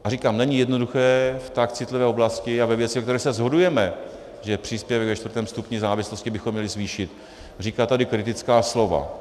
A říkám, není jednoduché v tak citlivé oblasti a ve věcech, kde se shodujeme, že příspěvek ve čtvrtém stupni závislosti bychom měli zvýšit, říkat tady kritická slova.